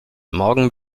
morgen